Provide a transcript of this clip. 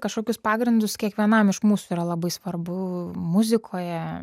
kažkokius pagrindus kiekvienam iš mūsų yra labai svarbu muzikoje